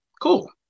cool